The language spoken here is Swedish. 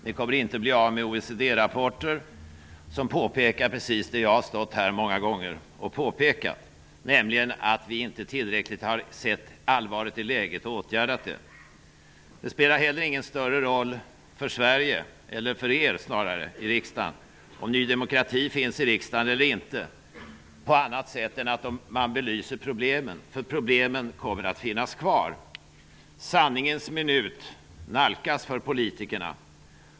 Ni kommer inte att bli av med OECD-rapporter som påpekar precis det som jag här har påpekat många gånger, nämligen att vi inte tillräckligt har sett allvaret i läget och åtgärdat det. Det spelar heller ingen större roll för er om Ny demokrati finns i riksdagen eller inte, på annat sätt än att man belyser problemen. Problemen kommer att finnas kvar. Sanningens minut nalkas för politikerna.